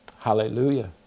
Hallelujah